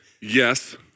Yes